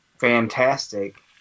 fantastic